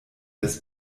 des